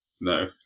no